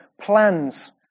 plans